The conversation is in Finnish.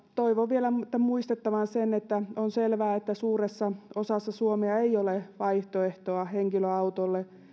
toivon vielä muistettavan sen että on selvää että suuressa osassa suomea ei ole vaihtoehtoa henkilöautolle